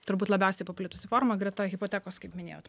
turbūt labiausiai paplitusi forma greta hipotekos kaip minėjot